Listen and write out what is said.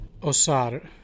Osar